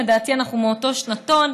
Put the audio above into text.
לדעתי אנחנו מאותו שנתון: